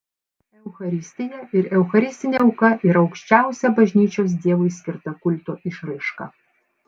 eucharistija ir eucharistinė auka yra aukščiausia bažnyčios dievui skirta kulto išraiška